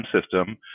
system